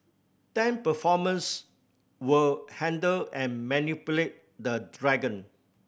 ten performers will handle and manipulate the dragon